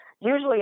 Usually